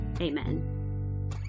amen